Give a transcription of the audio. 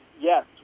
yes